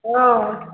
औ